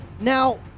Now